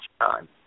time